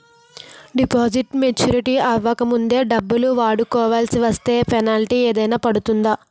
Deposit maturity అవ్వక ముందే డబ్బులు వాడుకొవాల్సి వస్తే పెనాల్టీ ఏదైనా పడుతుందా?